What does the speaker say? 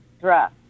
dress